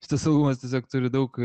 šitas albumas tiesiog turi daug